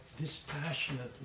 dispassionately